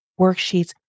worksheets